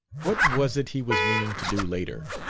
what was it he was meaning to do later?